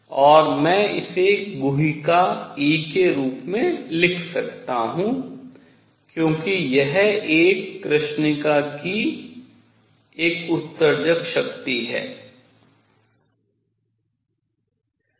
और मैं इसे गुहिका e के रूप में लिख सकता हूँ क्योंकि यह एक कृष्णिका की उत्सर्जक शक्ति है